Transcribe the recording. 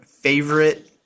favorite